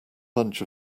bunch